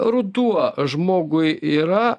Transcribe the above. ruduo žmogui yra